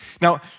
Now